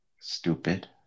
Stupid